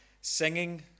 singing